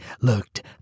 looked